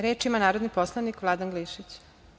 Reč ima narodni poslanik Vladan Glišić.